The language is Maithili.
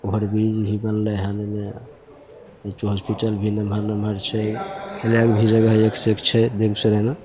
ओवरब्रिज भी बनलै हँ एन्ने एहिठाम हॉस्पिटल भी नमहर नमहर छै खेलैके भी एकसे एक जगह छै बेगूसरायमे